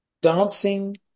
Dancing